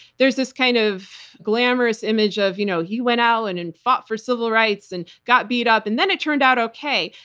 there's this kind of glamorous image of, you know he went out and and fought for civil rights and got beat up and then it turned out okay.